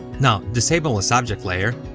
now, disable the subject layer,